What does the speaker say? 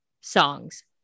songs